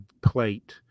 plate